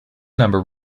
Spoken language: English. number